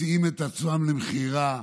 מציעים את עצמם למכירה,